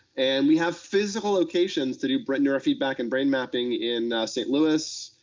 and we have physical locations to do but neurofeedback and brain-mapping in st louis,